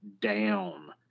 down